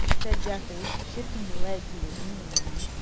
said geoffrey, shifting the leg he was leaning on.